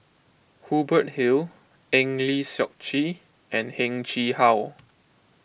Hubert Hill Eng Lee Seok Chee and Heng Chee How